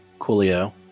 coolio